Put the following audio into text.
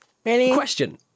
question